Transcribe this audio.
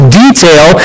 detail